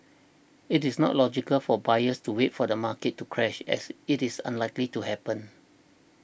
it is not logical for buyers to wait for the market to crash as it is unlikely to happen